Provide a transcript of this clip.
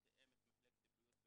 לבין מתאמת מחלקת הבריאות ברהט.